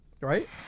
right